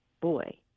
boy